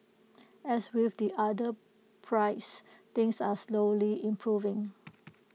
as with the other pries things are slowly improving